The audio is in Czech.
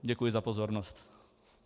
Děkuji za pozornost.